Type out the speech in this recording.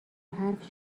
حرف